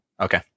Okay